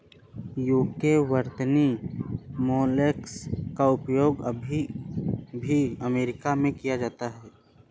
UK वर्तनी mollusc का उपयोग अभी भी अमेरिका में किया जाता है